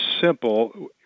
simple